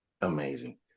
Amazing